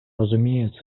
розумію